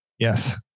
Yes